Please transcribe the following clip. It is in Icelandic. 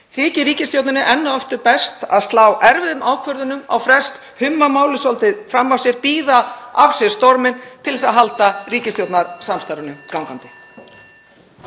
Þykir ríkisstjórninni enn og aftur best að slá erfiðum ákvörðunum á frest, humma málið fram af sér, bíða af sér storminn, til að halda ríkisstjórnarsamstarfinu gangandi?